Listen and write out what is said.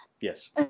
yes